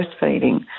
breastfeeding